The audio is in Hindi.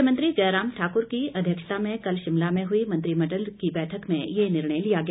मुख्यमंत्री जयराम ठाकुर की अध्यक्षता में कल शिमला में हुई मंत्रिमंडल की बैठक में ये निर्णय लिया गया